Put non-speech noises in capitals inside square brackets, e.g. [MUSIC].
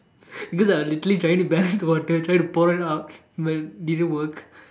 cause I was literally trying to balance water trying to pour it [LAUGHS] out but didn't work